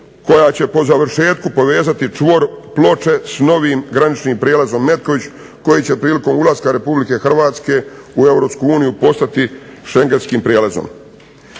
koja će po završetku povezati čvor Ploče s novim graničnim prijelazom Metković koji će prilikom ulaska RH u EU postati Schengenskim prijelazom.